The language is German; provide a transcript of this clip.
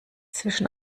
zwischen